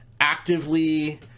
actively